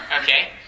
Okay